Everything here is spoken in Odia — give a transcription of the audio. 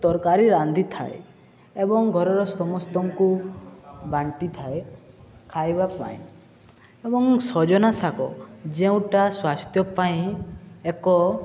ବ ତରକାରୀ ରାନ୍ଧିଥାଏ ଏବଂ ଘରର ସମସ୍ତଙ୍କୁ ବାଣ୍ଟିଥାଏ ଖାଇବା ପାଇଁ ଏବଂ ସଜନା ଶାଗ ଯେଉଁଟା ସ୍ୱାସ୍ଥ୍ୟ ପାଇଁ ଏକ